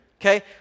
okay